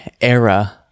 era